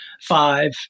five